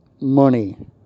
money